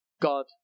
God